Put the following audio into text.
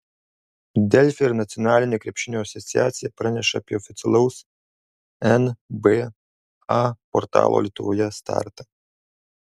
delfi ir nacionalinė krepšinio asociacija praneša apie oficialaus nba portalo lietuvoje startą